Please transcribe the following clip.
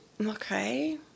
Okay